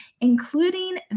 including